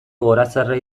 gorazarre